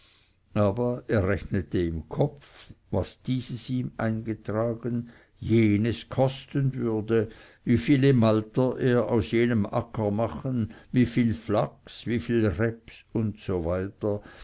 aber er rechnete im kopf was dieses ihm eintragen jenes kosten würde wie viele malter er aus jenem acker machen wieviel flachs wieviel reps usw